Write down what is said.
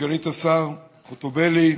סגנית השר חוטובלי,